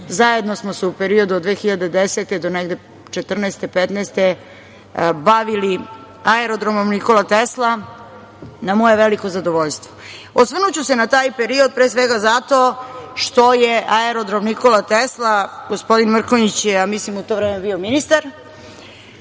zajedno smo se u periodu od 2010. do 2014, 2015. godine bavili Aerodromom „Nikola Tesla“, na moje veliko zadovoljstvo. Osvrnuću se na taj period, pre svega zato što je Aerodrom „Nikola Tesla“, gospodin Mrkonjić je, ja mislim u to vreme bio ministar,